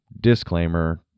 disclaimer